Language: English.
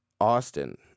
Austin